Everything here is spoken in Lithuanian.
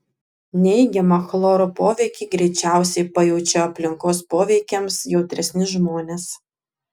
neigiamą chloro poveikį greičiausiai pajaučia aplinkos poveikiams jautresni žmonės